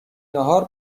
ناهار